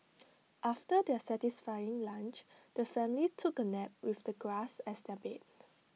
after their satisfying lunch the family took A nap with the grass as their bed